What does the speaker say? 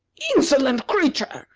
insolent creature!